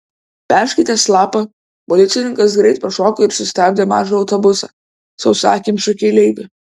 perskaitęs lapą policininkas greit pašoko ir sustabdė mažą autobusą sausakimšą keleivių